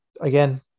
again